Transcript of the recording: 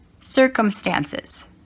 circumstances